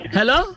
Hello